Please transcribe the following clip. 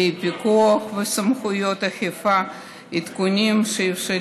כלי פיקוח וסמכויות אכיפה עדכניים שיאפשרו